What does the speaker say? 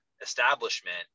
establishment